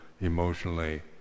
emotionally